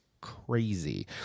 crazy